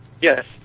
Yes